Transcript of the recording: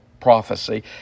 prophecy